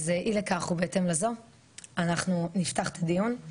אז אי לכך ובהתאם לזאת אנחנו נפתח את הדיון.